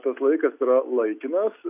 tas laikas yra laikinas